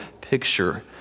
picture